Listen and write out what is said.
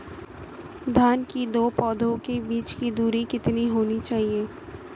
धान के दो पौधों के बीच की दूरी कितनी होनी चाहिए?